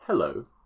Hello